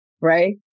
right